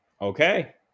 Okay